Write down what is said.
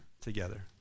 together